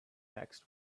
next